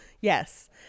yes